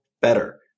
Better